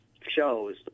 shows